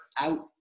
out